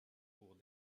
cours